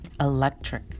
Electric